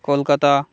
Kolkata